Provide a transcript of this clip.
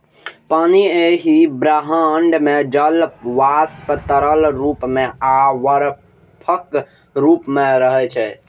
पानि एहि ब्रह्मांड मे जल वाष्प, तरल रूप मे आ बर्फक रूप मे रहै छै